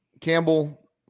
Campbell